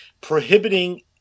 Prohibiting